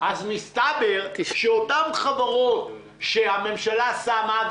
מסתבר שאותן חברות שהממשלה שמה,